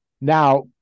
Now